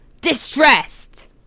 distressed